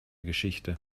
geschichte